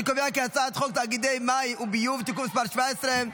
אני קובע כי הצעת חוק תאגידי מים וביוב (תיקון מס' 17),